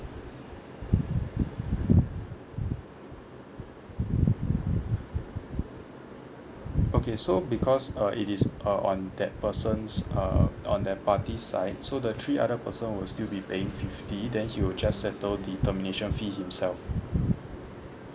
okay so because uh it is uh on that person's err on that party side so the three other person will still be paying fifty then he will just settle the termination fees himself